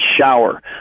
shower